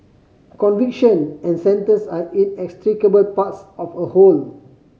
conviction and sentence are inextricable parts of a whole